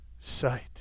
sight